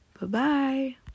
Bye-bye